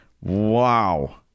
wow